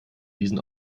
diesen